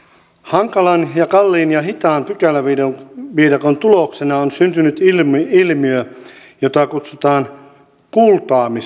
hankalan ja kalliin ja hitaan pykäläviidakon tuloksena on syntynyt ilmiö jota kutsutaan kultaamiseksi